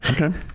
okay